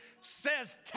says